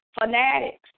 fanatics